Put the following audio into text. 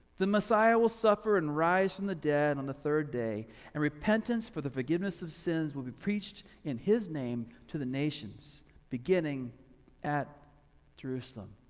the messiah will suffer and rise from the dead on the third day and repentance for the forgiveness sins. will be preached in his name to the nations beginning at jerusalem.